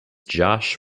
josh